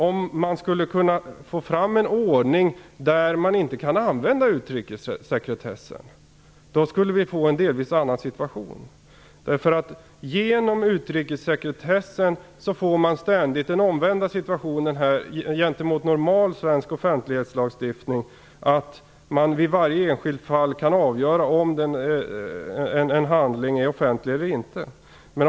Om man kan få fram en ordning där man inte använder utrikessekretessen skulle vi få en delvis annan situation. Genom utrikessekretessen får man ständigt den i förhållande till normal svensk offentlighetslagstiftning omvända situationen. Vid varje enskilt fall skall man avgöra om en handling är offentlig eller inte.